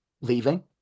leaving